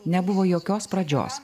nebuvo jokios pradžios